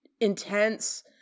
intense